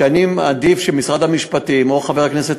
שאני מעדיף שמשרד המשפטים או חבר הכנסת